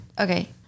Okay